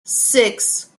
six